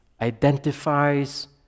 identifies